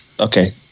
okay